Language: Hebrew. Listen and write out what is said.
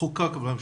חוקק ב-2018.